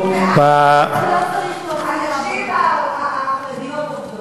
הנשים החרדיות עובדות.